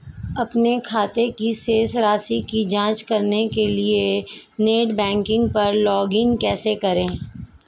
अपने खाते की शेष राशि की जांच करने के लिए नेट बैंकिंग पर लॉगइन कैसे करें?